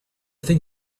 thing